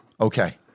Okay